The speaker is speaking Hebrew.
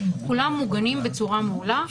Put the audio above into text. כולם מוגנים בצורה מעולה.